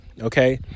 Okay